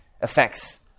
affects